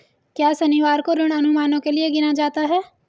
क्या शनिवार को ऋण अनुमानों के लिए गिना जाता है?